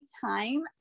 time